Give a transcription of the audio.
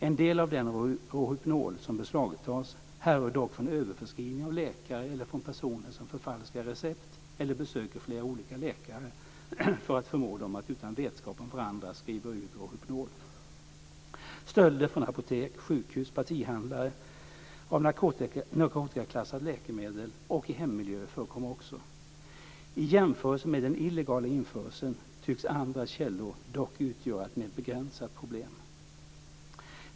En del av den Rohypnol som beslagtas härrör dock från överförskrivning av läkare eller från personer som förfalskar recept eller besöker flera olika läkare för att förmå dem att utan vetskap om varandra skriva ut Rohypnol. Stölder från apotek, sjukhus, partihandlare av narkotikaklassade läkemedel och i hemmiljöer förekommer också. I jämförelse med den illegala införseln tycks andra källor dock utgöra ett mer begränsat problem.